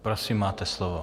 Prosím, máte slovo.